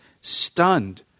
stunned